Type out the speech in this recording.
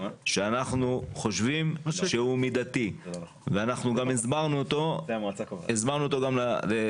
שאנחנו חושבים שהוא מידתי וגם הסברנו אותו לאדוני.